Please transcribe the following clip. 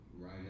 Right